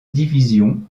division